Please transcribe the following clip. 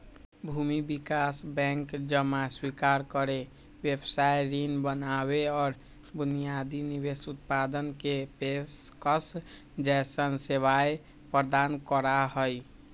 भूमि विकास बैंक जमा स्वीकार करे, व्यवसाय ऋण बनावे और बुनियादी निवेश उत्पादन के पेशकश जैसन सेवाएं प्रदान करा हई